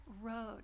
road